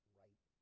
right